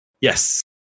Yes